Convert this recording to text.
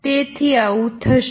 તેથી આવુ થશે